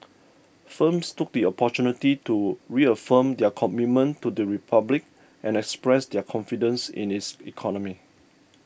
firms took the opportunity to reaffirm their commitment to the Republic and express their confidence in its economy